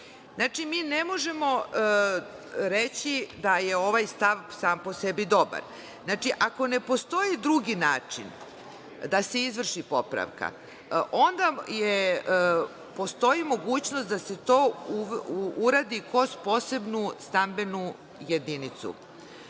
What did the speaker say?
delu. Znači, mi ne možemo reći da je ovaj stav sam po sebi dobar. Ako ne postoji drugi način da se izvrši popravka, onda postoji mogućnost da se to uradi kroz posebnu stambenu jedinicu.